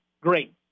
Great